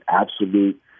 absolute